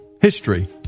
history